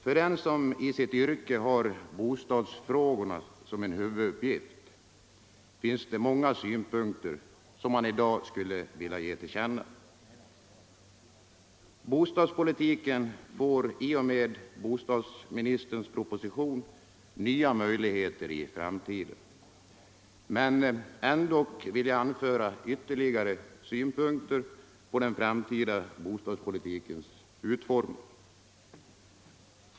För den som i sitt yrke har bostadsfrågorna som en huvuduppgift finns det många synpunkter som man i dag skulle vilja ge till känna. Bostadspolitiken får i och med bostadsministerns proposition nya möjligheter i framtiden, men ändå vill jag anföra ytterligare synpunkter på den framtida bostadspolitikens utformning.